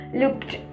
looked